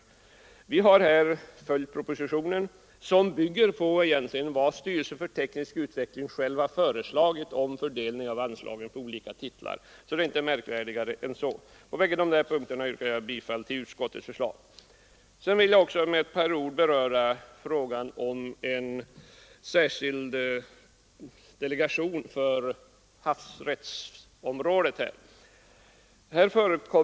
Utskottet har här följt propositionen, som bygger på vad styrelsen för teknisk utveckling själv har föreslagit om fördelningen av anslag på olika titlar. Det är alltså inte märkvärdigare än så. På båda dessa punkter yrkar jag bifall till utskottets hemställan. Sedan vill jag också med några ord beröra frågan om en särskild delegation på havsresursområdet.